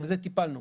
בזה טיפלנו.